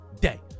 day